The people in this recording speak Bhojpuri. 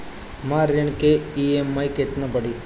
हमर ऋण के ई.एम.आई केतना पड़ी?